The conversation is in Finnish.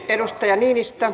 arvoisa puhemies